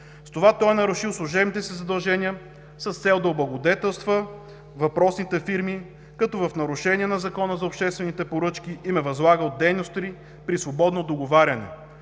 С това той е нарушил служебните си задължения с цел да облагодетелства въпросните фирми, като в нарушение на Закона за обществените поръчки им е възлагал дейности при свободно договаряне.